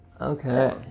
Okay